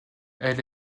elle